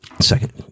Second